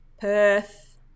Perth